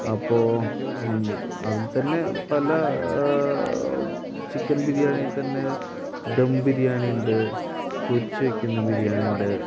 അപ്പോൾ അതിൽ തന്നെ പല ചിക്കൻ ബിരിയാണി തന്നെ ദം ബിരിയാണിയുണ്ട് പൊരിച്ച് വെക്കുന്ന ബിരിയാണിയുണ്ട്